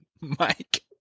Mike